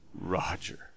Roger